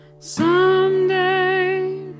Someday